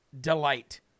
delight